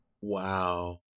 Wow